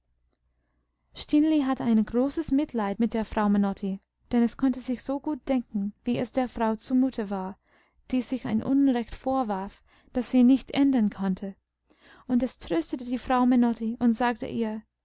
hatte ein großes mitleid mit der frau menotti denn es konnte sich so gut denken wie es der frau zumute war die sich ein unrecht vorwarf das sie nicht ändern konnte und es tröstete die frau menotti und sagte ihr